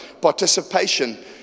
Participation